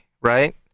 right